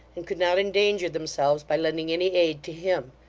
and could not endanger themselves by lending any aid to him.